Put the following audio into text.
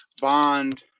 Bond